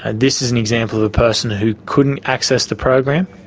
and this is an example of a person who couldn't access the program.